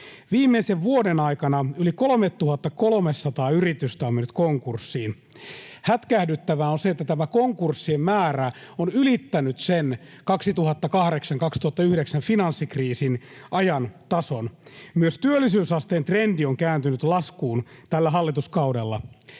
Viimeisen vuoden aikana yli 3 300 yritystä on mennyt konkurssiin. Hätkähdyttävää on se, että tämä konkurssien määrä on ylittänyt vuosien 2008—2009 finanssikriisin ajan tason. Myös työllisyysasteen trendi on kääntynyt laskuun tällä hallituskaudella.